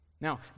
Now